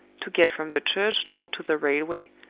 to get from the church door to the railway,